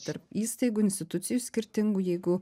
tarp įstaigų institucijų skirtingų jeigu